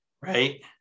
right